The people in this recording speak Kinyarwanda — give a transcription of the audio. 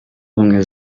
ubumwe